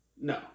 no